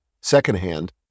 secondhand